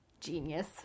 Genius